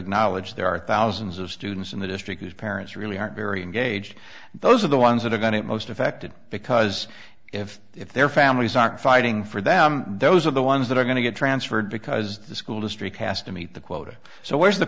acknowledge there are thousands of students in the district whose parents really aren't very engaged and those are the ones that have got it most affected because if if their families aren't fighting for them those are the ones that are going to get transferred because the school district has to meet the quota so where's the